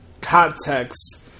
Context